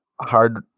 hard